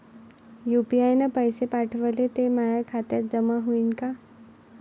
UPI न पैसे पाठवले, ते माया खात्यात जमा होईन का?